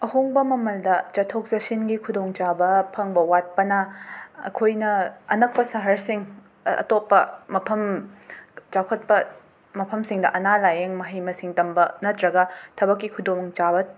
ꯑꯍꯣꯡꯕ ꯃꯃꯜꯗ ꯆꯠꯊꯣꯛ ꯆꯠꯁꯤꯟꯒꯤ ꯈꯨꯗꯣꯡꯆꯥꯕ ꯐꯪꯕ ꯋꯥꯠꯄꯅ ꯑꯩꯈꯣꯏꯅ ꯑꯅꯛꯄ ꯁꯍꯔꯁꯤꯡ ꯑꯇꯣꯞꯄ ꯃꯐꯝ ꯆꯥꯎꯈꯠꯄ ꯃꯐꯝꯁꯤꯡꯗ ꯑꯅꯥ ꯂꯥꯌꯦꯡ ꯃꯍꯩ ꯃꯁꯤꯡ ꯇꯝꯕ ꯅꯠꯇ꯭ꯔꯒ ꯊꯕꯛꯀꯤ ꯈꯨꯗꯣꯡꯆꯥꯕ